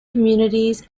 communities